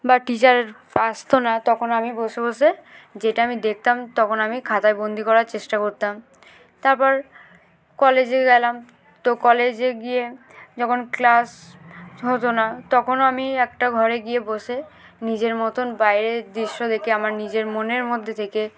বা টিচার আসত না তখন আমি বসে বসে যেটা আমি দেখতাম তখন আমি খাতায় বন্দি করার চেষ্টা করতাম তারপর কলেজে গেলাম তো কলেজে গিয়ে যখন ক্লাস হতো না তখনও আমি একটা ঘরে গিয়ে বসে নিজের মতন বাইরের দৃশ্য দেখে আমার নিজের মনের মধ্যে থেকে